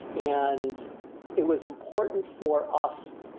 and it was important for us,